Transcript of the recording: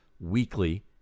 weekly